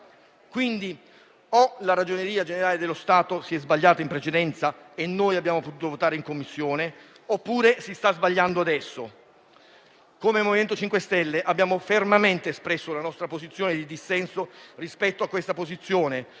Quindi o la Ragioneria generale dello Stato si è sbagliata in precedenza e noi abbiamo potuto votare in Commissione, oppure si sta sbagliando adesso. Come MoVimento 5 Stelle abbiamo fermamente espresso la nostra posizione di dissenso rispetto a questa posizione,